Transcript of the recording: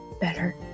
better